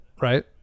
right